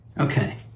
Okay